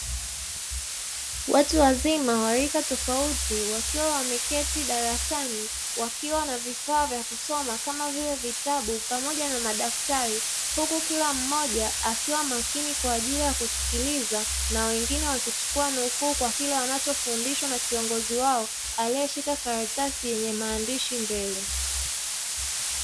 Watu wazima wa rika tofauti wakiwa wameketi darasani wakiwa na vifaa vya kusoma kama vile vitabu pamoja na madaftari, huku kila mmoja akiwa makini kwa ajili ya kusikiliza na wengine wakichukua nukuu kwa kile wanachofundishwa na kiongozi wao aliyeshika karatasi yenye maandishi mbele.